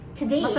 today